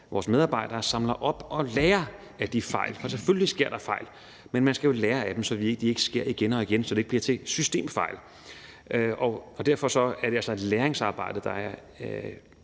vores medarbejdere samler op og lærer af de fejl, for selvfølgelig sker der fejl, men man skal jo lære af dem, så de ikke sker igen og igen, og så det ikke bliver til systemfejl. Derfor er det altså et læringsarbejde, der er